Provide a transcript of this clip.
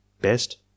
best